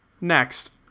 Next